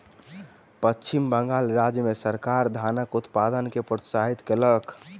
पश्चिम बंगाल राज्य मे सरकार धानक उत्पादन के प्रोत्साहित कयलक